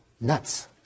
nuts